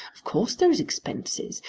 of course there is expenses.